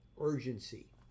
urgency